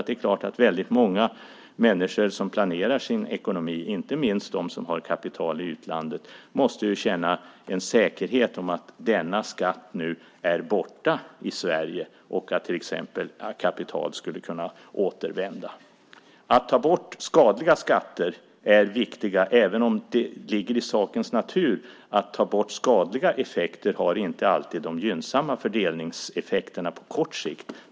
Det är klart att många människor som planerar sin ekonomi, inte minst de som har kapital i utlandet, måste känna en säkerhet när det gäller att denna skatt nu är borta i Sverige och att kapital kan återvända, till exempel. Det är viktigt att ta bort skadliga skatter även om det ligger i sakens natur att det inte alltid får gynnsamma fördelningseffekter på kort tid när man tar bort skadliga skatter.